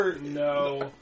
No